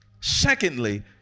Secondly